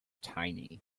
tiny